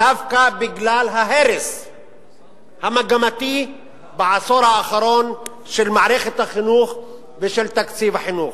דווקא בגלל ההרס המגמתי בעשור האחרון של מערכת החינוך ושל תקציב החינוך.